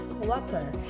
water